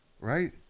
Right